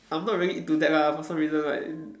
I'm not really into that lah for some reason like